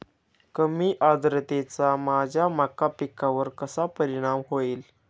कमी आर्द्रतेचा माझ्या मका पिकावर कसा परिणाम होईल?